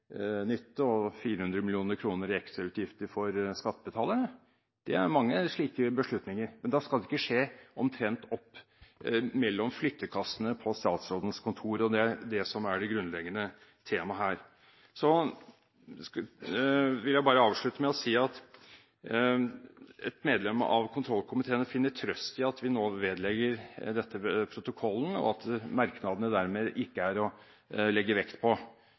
nytte og 400 mill. kr i ekstrautgifter for skattebetalerne. Det er mange slike beslutninger, men da skal det ikke skje mellom flyttekassene på statsrådens kontor. Det er det som er det grunnleggende temaet her. Så vil jeg bare avslutte med å si at et medlem av kontrollkomiteen finner trøst i at vi nå vedlegger dette protokollen, og at merknadene dermed ikke er å legge vekt på.